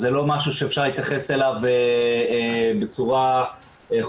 זה לא משהו שאפשר להתייחס אליו בצורה חובבנית.